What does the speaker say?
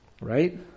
right